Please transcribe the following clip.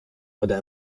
oder